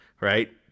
right